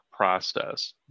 Process